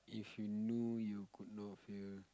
if you knew you could not fail